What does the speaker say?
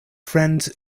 friends